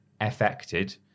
affected